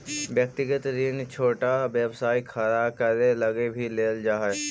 व्यक्तिगत ऋण छोटा व्यवसाय खड़ा करे लगी भी लेल जा हई